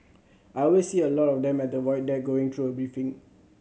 I always see a lot of them at the Void Deck going through a briefing